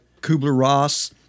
Kubler-Ross